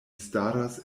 staras